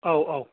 औ औ